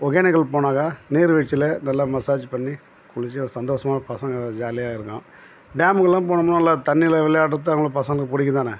ஒகேனக்கல் போனாக்கா நீர்வீழ்ச்சில நல்லா மசாஜ் பண்ணி குளித்து சந்தோஷமாக பசங்க ஜாலியாக இருக்கும் டேமுக்குலாம் போனோம்னா நல்லா தண்ணியில் விளையாடுறது அவங்களுக்கு பசங்களுக்கு பிடிக்குந்தான